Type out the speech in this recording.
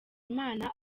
imana